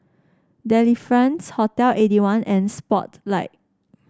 Delifrance Hotel Eighty one and Spotlight